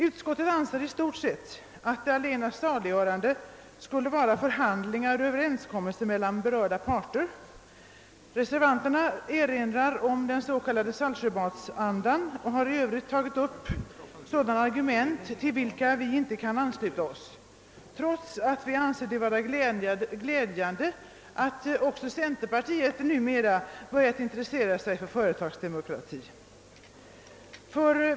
Utskottet anser i stort sett att det allena saliggörande är förhandlingar och överenskommelser mellan berörda parter; reservanterna erinrar om den s.k. saltsjöbadsandan och har i övrigt anfört argument till vilka vi inte kan ansluta oss, trots att vi anser det glädjande att även centerpartiet numera börjat intressera sig för företagsdemokrati.